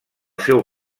seu